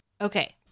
Okay